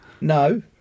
No